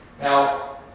Now